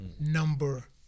Number